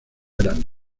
eran